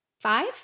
Five